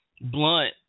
Blunt